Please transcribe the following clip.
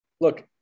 Look